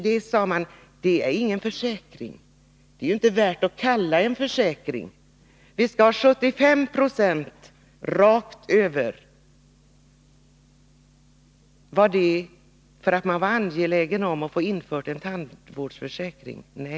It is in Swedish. Man sade att det var ingen försäkring, det var inte värt att kallas för försäkring. Vi skulle ha 75 96 rakt över. Berodde detta på att man var angelägen om att få en tandvårdsförsäkring införd?